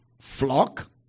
flock